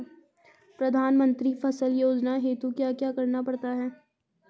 प्रधानमंत्री फसल योजना हेतु क्या क्या करना पड़ता है?